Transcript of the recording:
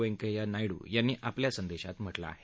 व्यंकय्या नायडू यांनी आपल्या संदेशात म्हटलं आहे